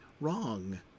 wrong